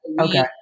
Okay